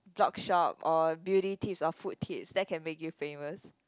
blog shop or beauty tips or food tips that can make you famous